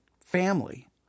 family